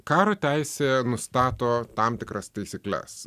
karo teisė nustato tam tikras taisykles